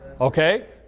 Okay